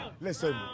Listen